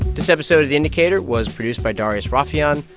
this episode of the indicator was produced by darius rafieyan.